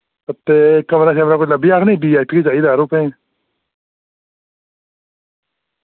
ते कमरा शमरा कोई लब्भी जाग नी बीआईपी ही चाहिदा यरो पं